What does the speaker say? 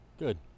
good